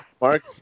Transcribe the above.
Mark